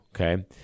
okay